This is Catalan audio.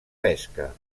pesca